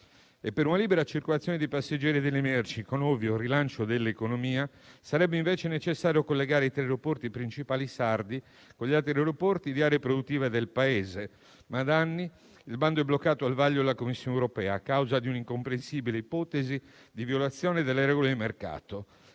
Per una libera circolazione dei passeggeri e delle merci, con ovvio rilancio dell'economia, sarebbe invece necessario collegare i tre principali aeroporti sardi con gli altri aeroporti di aree produttive del Paese, ma da anni il bando è bloccato al vaglio della Commissione europea a causa di un'incomprensibile ipotesi di violazione delle regole di mercato.